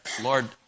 lord